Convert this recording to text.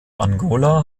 angola